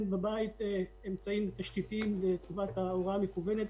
בבתים אמצעים תשתיתיים לטובת ההוראה המקוונת.